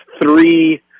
three